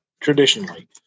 traditionally